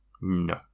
no